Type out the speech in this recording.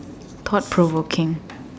caught provoking